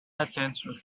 attention